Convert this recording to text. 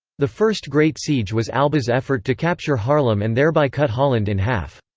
the first great siege was alba's effort to capture haarlem and thereby cut holland in half.